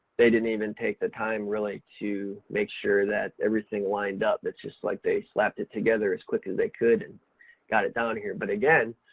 they didn't even take the time really to make sure that everything lined up. it's just like they slapped it together as quick as they could and got it down here. but again,